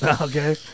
Okay